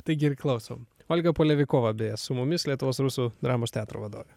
taigi ir klausom olga polevikova beje su mumis lietuvos rusų dramos teatro vadovė